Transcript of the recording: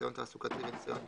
ניסיון תעסוקתי וניסיון ניהולי,